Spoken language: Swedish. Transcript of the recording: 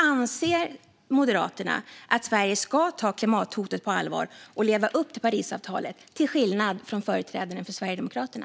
Anser Moderaterna att Sverige ska ta klimathotet på allvar och leva upp till Parisavtalet, till skillnad från företrädarna för Sverigedemokraterna?